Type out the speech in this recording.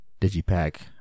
DigiPack